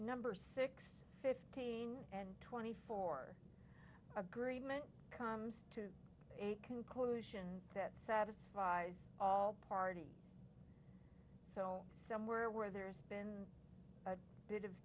number six fifteen and twenty four agreement comes to a conclusion that satisfies all parties so somewhere where there's been a bit of